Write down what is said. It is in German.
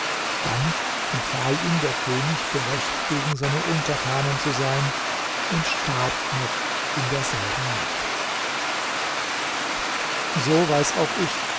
dann empfahl ihm der könig gerecht gegen seine untertanen zu sein und starb noch in derselben nacht so weiß auch ich